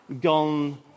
gone